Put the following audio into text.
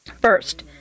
First